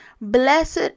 blessed